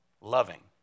Loving